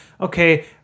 okay